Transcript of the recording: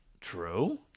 True